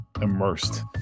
immersed